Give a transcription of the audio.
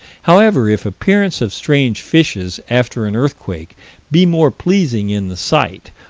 however, if appearance of strange fishes after an earthquake be more pleasing in the sight,